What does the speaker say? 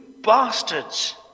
bastards